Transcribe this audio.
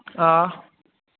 हां